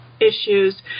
issues